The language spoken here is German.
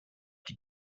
die